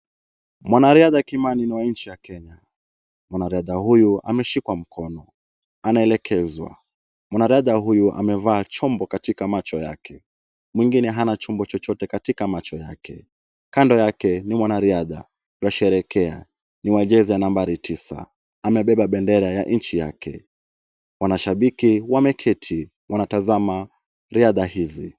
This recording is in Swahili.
Mwanariadha kimani ni wa nchi ya Kenya. Mwanariadha huyu ameshikwa mkono anaelekezwa. Mwanariadha huyu amevaa chombo katika macho yake. Mwingine hana chombo chochote katika macho yake. Kando yake ni mwanariadha, yuasherehekea. Ni wa jezi ya nambari tisa amebeba bendera ya nchi yake. Wanashabiki wameketi wanatazama riadha hizi.